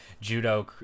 judo